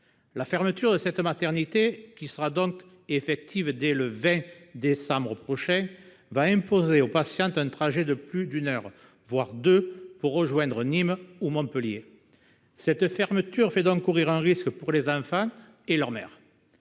La fermeture de cette maternité, qui sera donc effective dès le 20 décembre prochain, imposera aux patientes un trajet de plus d'une heure, voire de deux heures, pour rejoindre Nîmes ou Montpellier. Elle fait donc courir un risque aux enfants et à leurs mères.